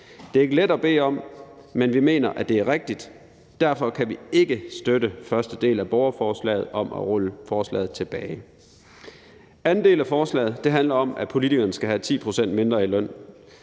Det er ikke let at bede om, men vi mener, at det er rigtigt. Derfor kan vi ikke støtte første del af borgerforslaget om at rulle forslaget tilbage. Anden del af forslaget handler om, at politikerne skal have 10 pct. mindre i løn.